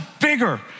bigger